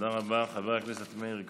תודה רבה, חבר הכנסת מאיר כהן.